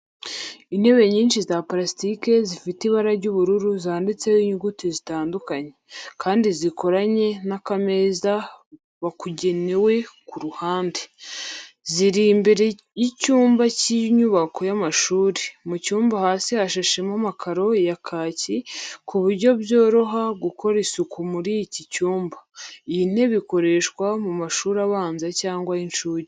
Intebe nyinshi za pulasitike zifite ibara ry'ubururu zanditseho inyuguti zitandukanye, kandi zikoranye n’akameza kabugenewe ku ruhande. Ziri imbere cyumba cy'inyubako y'amashuri. Mu cyumba hasi hashashemo amakaro ya kaki ku buryo byoroha gukora isuku muri iki cyumba. Iyi ntebe ikoreshwa mu mashuri abanza cyangwa ay'incuke.